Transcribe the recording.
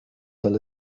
soll